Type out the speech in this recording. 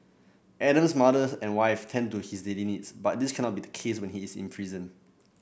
Adam's mother and wife tend to his daily needs but this cannot be the case when he is imprisoned